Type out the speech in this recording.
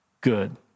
good